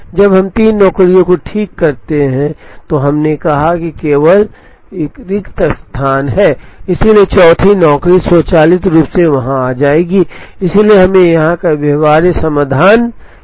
जब हम तीन नौकरियों को ठीक करते हैं तो हमने कहा कि केवल एक ही रिक्त स्थान है इसलिए चौथी नौकरी स्वचालित रूप से वहां आ जाएगी और इसलिए हमें यहां एक व्यवहार्य समाधान मिला